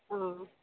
অ